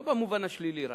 לא במובן השלילי רק,